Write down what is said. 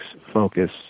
focus